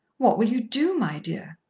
what will you do, my dear?